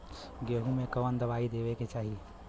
गेहूँ मे कवन दवाई देवे के चाही?